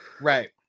Right